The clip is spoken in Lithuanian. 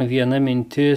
viena mintis